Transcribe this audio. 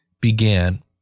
began